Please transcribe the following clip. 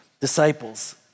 disciples